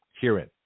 herein